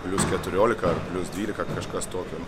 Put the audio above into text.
plius keturiolika ar plius dvylika kažkas tokio